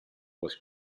was